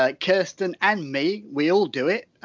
ah kirsten and me, we all do it,